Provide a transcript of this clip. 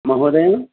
महोदय